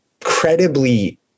credibly